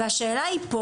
והשאלה היא פה,